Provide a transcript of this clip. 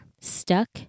stuck